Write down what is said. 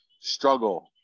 struggle